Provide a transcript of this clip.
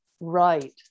right